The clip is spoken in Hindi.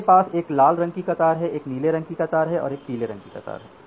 मेरे पास एक लाल रंग की कतार है एक नीले रंग की कतार है और एक पीली कतार है